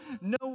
no